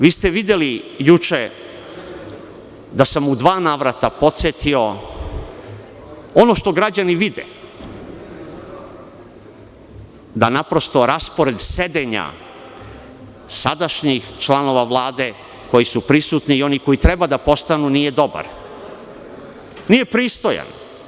Videli ste juče da sam u dva navrata podsetio, ono što građani vide, da naprosto raspored sedenja sadašnjih članova Vlade koji su prisutni i onih koji treba da postanu nije dobar, nije pristojan.